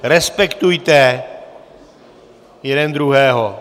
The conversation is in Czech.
Respektujte jeden druhého.